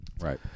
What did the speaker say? Right